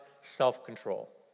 self-control